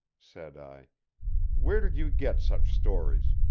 said i where did you get such stories?